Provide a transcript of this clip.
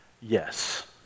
Yes